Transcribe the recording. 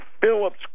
Phillips